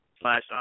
slash